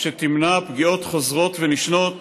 שתמנע פגיעות חוזרות ונשנות